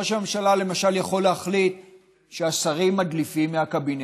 ראש הממשלה יכול להחליט שהשרים מדליפים מהקבינט,